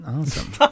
Awesome